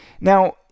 Now